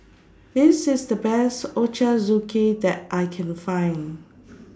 This IS The Best Ochazuke that I Can Find